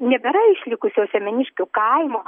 nebėra išlikusio semeniškių kaimo